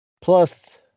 plus